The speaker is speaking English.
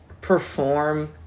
perform